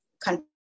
country